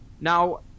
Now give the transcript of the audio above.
now